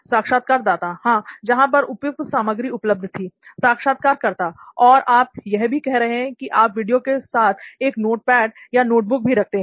साक्षात्कारदाता हाँ जहां पर उपयुक्त सामग्री उपलब्ध थीl साक्षात्कारकर्ता और आप यह भी कह रहे हैं कि आप वीडियो के साथ एक नोटपैड या नोटबुक भी रखते हैं